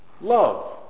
love